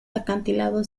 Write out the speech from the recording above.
acantilados